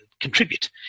contribute